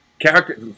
character